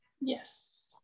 yes